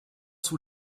sous